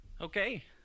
Okay